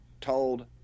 told